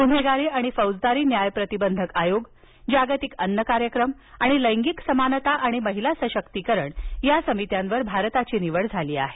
गुन्हेगारी आणि फौजदारी न्याय प्रतिबंधक आयोग जागतिक अन्न कार्यक्रम आणि लैंगिक समानता आणि महिला सशक्तीकरण या समित्यांवर निवड झाली आहे